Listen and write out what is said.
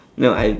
no I